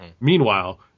Meanwhile